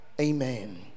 Amen